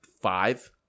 five